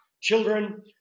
Children